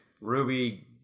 ruby